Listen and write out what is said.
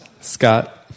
Scott